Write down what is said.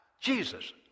Jesus